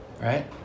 Right